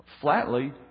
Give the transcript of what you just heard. Flatly